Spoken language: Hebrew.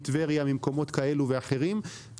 מטבריה וממקומות כאלו ואחרים.